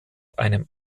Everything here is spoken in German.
einem